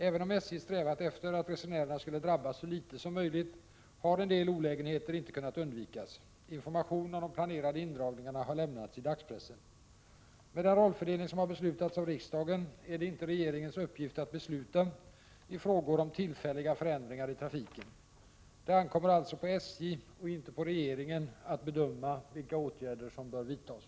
Även om SJ strävat efter att resenärerna skulle drabbas så litet som möjligt, har en del olägenheter inte kunnat undvikas. Information om de planerade indragningarna har lämnats i dagspressen. Med den rollfördelning som har beslutats av riksdagen är det inte regeringens uppgift att besluta i frågor om tillfälliga förändringar i trafiken. Det ankommer alltså på SJ och inte på regeringen att bedöma vilka åtgärder som bör vidtas.